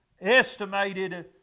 estimated